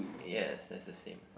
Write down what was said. yes that's the same